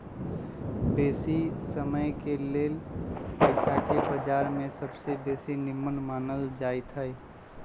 बेशी समयके लेल पइसाके बजार में सबसे बेशी निम्मन मानल जाइत हइ